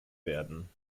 werden